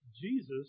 Jesus